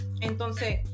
Entonces